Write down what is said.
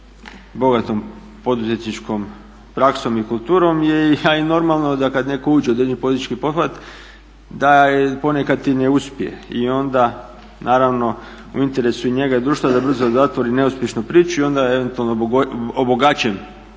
bogatom poduzetničkom praksom i kulturom je i, a i normalno je da kada netko uđe u određeni politički pothvat da je ponekad i neuspjeh i onda je naravno u interesu i njega i društva da brzo zatvori neuspješnu priču i onda eventualno obogaćen